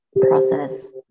process